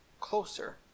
closer